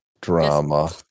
drama